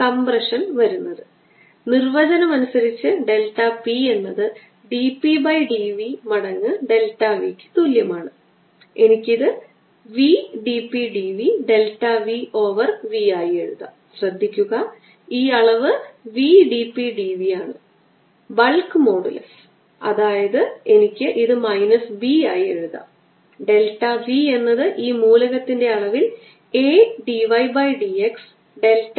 മുമ്പത്തെ പ്രശ്നത്തിൽ ഞാൻ ഇതിനകം തന്നെ കണക്കാക്കിയിട്ടുണ്ട് ഈ ഗോളത്തിൽ നിന്ന് ചൂണ്ടിക്കാണിക്കാൻ ഏരിയ വെക്റ്ററായി എലമെൻറൽ വെക്റ്റർ എടുക്കുമ്പോൾ ഇത് 4 pi C e raise to minus lambda r ഗുണം അതായത് ഇത് d 4 pi C e raise to minus lambda r